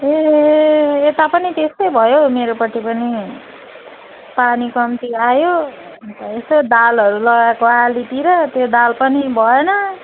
ए यता पनि त्यस्तै भयो मेरोपट्टि पनि पानी कम्ती आयो अन्त यसो दालहरू लगाएको आलीतिर त्यो दाल पनि भएन